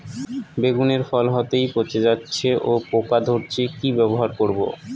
বেগুনের ফল হতেই পচে যাচ্ছে ও পোকা ধরছে কি ব্যবহার করব?